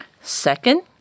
Second